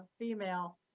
female